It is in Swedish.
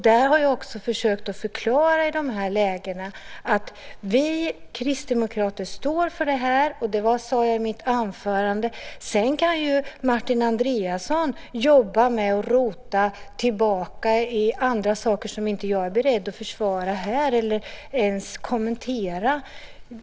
Där har jag också försökt förklara att vi Kristdemokrater står för det, och det sade jag i mitt anförande. Sedan kan Martin Andreasson rota tillbaka i andra saker som jag inte är beredd att försvara här eller ens kommentera.